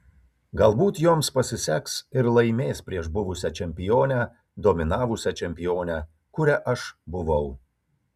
galbūt joms pasiseks ir laimės prieš buvusią čempionę dominavusią čempionę kuria aš buvau